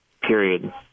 Period